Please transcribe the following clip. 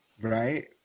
Right